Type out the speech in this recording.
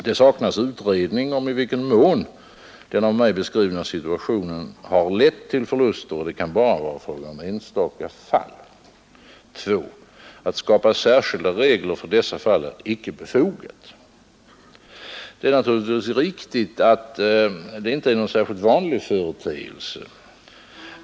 Det saknas utredning om i vilken mån den av mig beskrivna situationen lett till förluster, och det kan bara vara fråga om enstaka fall. 2. Att skapa särskilda regler för dessa få fall är inte befogat. Det är naturligtvis riktigt att detta inte är någon särskilt vanlig företeelse.